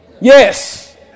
Yes